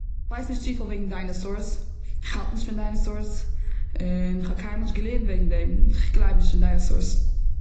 כ'ווייס נישט צופיל פון דיינעסארס. כ'האלט נישט פון דיינעסארס. און כ'האב קיינמאל נישט געלערנט וועגן דעם. כ'גלייב נישט און דיינעסארס.